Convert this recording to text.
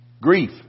Grief